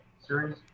series